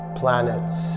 planets